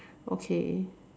okay